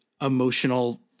emotional